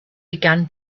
began